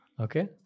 okay